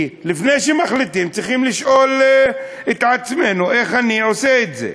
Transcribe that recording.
כי לפני שמחליטים צריכים לשאול את עצמנו איך אני עושה את זה.